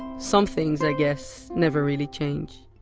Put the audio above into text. some things, i guess, never really change